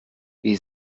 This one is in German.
wie